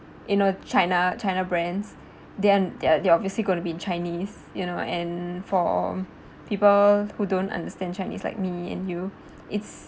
you know china china brands they're they're obviously going to be in chinese you know and for people who don't understand chinese like me and you it's